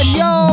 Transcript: yo